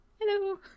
Hello